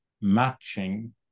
matching